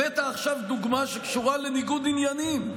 הבאת עכשיו דוגמה שקשורה לניגוד עניינים.